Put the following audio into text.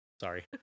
Sorry